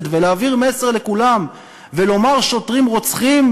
להעביר מסר לכולם ולומר שוטרים רוצחים,